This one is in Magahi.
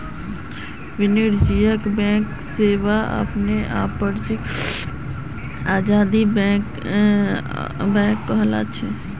वाणिज्यिक बैंक सेवा अपने आपत आजाद बैंक कहलाछेक